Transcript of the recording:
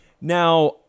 Now